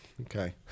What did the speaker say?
Okay